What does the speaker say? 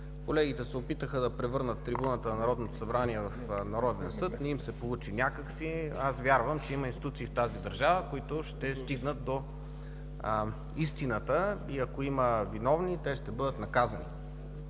Колеги се опитаха да превърнат трибуната на Народното събрание в народен съд. Не им се получи, някак си. Вярвам, че има институции в тази държава, които ще стигнат до истината и ако има виновни, те ще бъдат наказани.